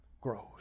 grows